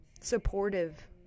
supportive